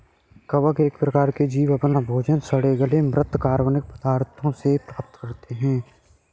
कवक एक प्रकार के जीव अपना भोजन सड़े गले म्रृत कार्बनिक पदार्थों से प्राप्त करते हैं